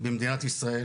במדינת ישראל,